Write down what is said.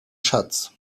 schatz